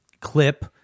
clip